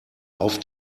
auf